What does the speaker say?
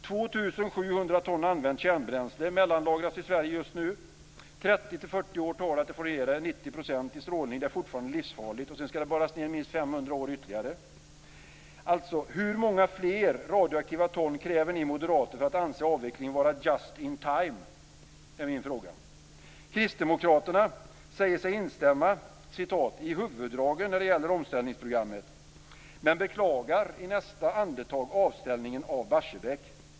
2 700 ton använt kärnbränsle mellanlagras just nu i Sverige. 30 40 år tar det att få ned det till 90 % i strålning. Då är det fortfarande livsfarligt. Sedan skall det bevaras nedborrat ytterligare minst 500 år. Hur många fler radioaktiva ton kräver ni moderater för att anse avvecklingen vara just in time? Kristdemokraterna säger sig instämma "i huvuddragen när det gäller omställningsprogrammet" men beklagar i nästa andetag avställningen av Barsebäck.